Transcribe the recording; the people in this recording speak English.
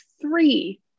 three